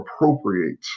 appropriate